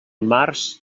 març